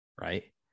right